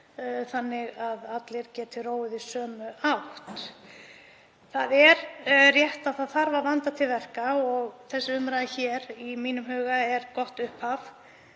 þannig að allir geti róið í sömu átt. Það er rétt að vanda þarf til verka og þessi umræða hér er í mínum huga gott upphaf.